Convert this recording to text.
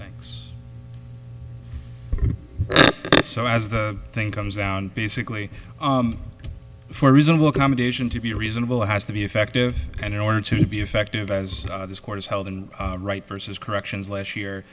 thanks so as the thing comes down basically for reasonable accommodation to be reasonable has to be effective and in order to be effective as this court is held and right versus corrections last year